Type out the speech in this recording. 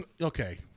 Okay